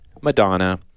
Madonna